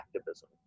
activism